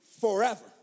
forever